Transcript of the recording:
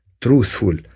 truthful